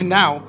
now